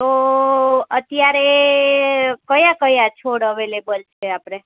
તો અત્યારે કયા કયા છોડ અવેલેબલ છે આપણે